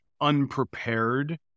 unprepared